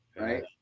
right